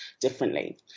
differently